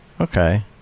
Okay